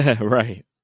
right